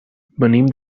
venim